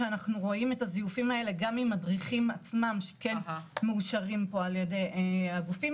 את הזיופים גם עם מדריכים עצמם שכן מאושרים על ידי הגופים.